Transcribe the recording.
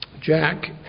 Jack